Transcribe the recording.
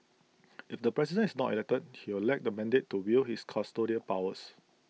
if the president is not elected he will lack the mandate to wield his custodial powers